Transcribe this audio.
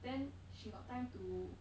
then she got time to